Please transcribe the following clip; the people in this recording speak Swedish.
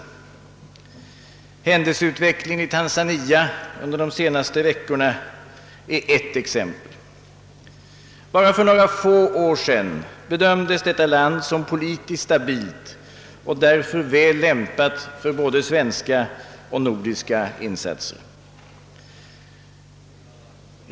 Händelseutvecklingen i Tanzania under de senaste veckorna är ett exempel. Bara för några få år sedan bedömdes detta land som politiskt stabilt och därför väl lämpat för både svenska och nordiska insatser.